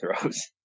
throws